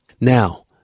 Now